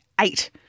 eight